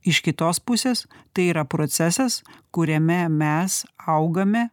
iš kitos pusės tai yra procesas kuriame mes augame